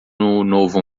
novo